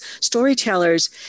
storytellers